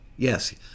Yes